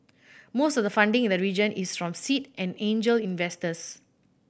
most of the funding in the region is from seed and angel investors